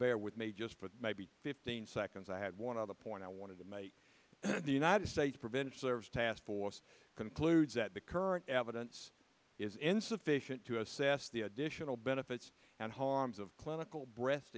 bear with me just for maybe fifteen seconds i had one other point i wanted to make the united states preventive services task force concludes that the current evidence is insufficient to assess the additional benefits and harms of clinical breast